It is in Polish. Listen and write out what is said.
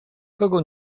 kogo